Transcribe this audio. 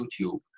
YouTube